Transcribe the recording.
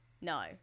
No